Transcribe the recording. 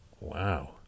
Wow